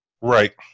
Right